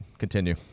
Continue